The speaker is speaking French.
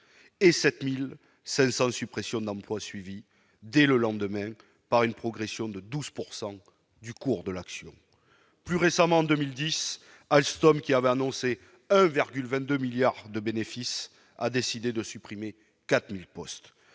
et 7500 suppressions d'emplois, suivi dès le lendemain par une progression de 12 pourcent du cours de l'action, plus récemment, en 2010 Alstom qui avait annoncé vers Gül 22 2 milliards de bénéfices, a décidé de supprimer 4000 postes,